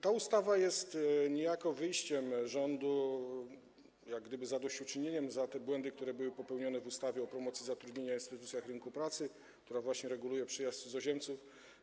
Ta ustawa jest niejako wyjściem rządu... jak gdyby zadośćuczynieniem za te błędy, które były popełnione w ustawie o promocji zatrudnienia i instytucjach rynku pracy, która właśnie reguluje kwestię przyjazdu cudzoziemców.